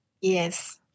Yes